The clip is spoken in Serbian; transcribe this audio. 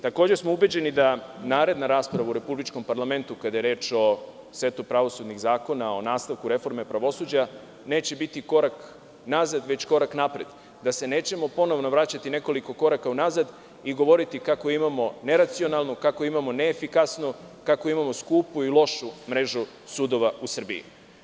Takođe, ubeđeni smo da naredna rasprava u republičkom parlamentu, kada je reč o setu pravosudnih zakona, o nastavku reforme pravosuđa, neće biti korak nazad, već korak napred, da se nećemo ponovo vraćati nekoliko koraka unazad i govoriti kako imamo neracionalnu, neefikasnu, skupu i lošu mrežu sudova u Srbiji.